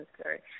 sorry